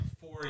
four